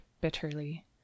bitterly